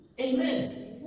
Amen